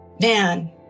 man